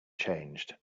changed